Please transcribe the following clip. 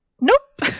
Nope